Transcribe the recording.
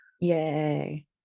Yay